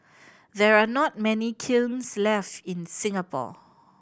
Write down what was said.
there are not many kilns left in Singapore